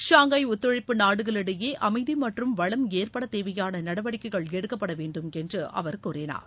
Shanghai ஒத்துழைப்பு நாடுகளிடையே அமைதி மற்றும் வளம் ஏற்பட தேவையான நடவடிக்கைகள் எடுக்கப்பட வேண்டும் என்று அவர் கூறினார்